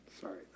Sorry